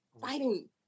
fighting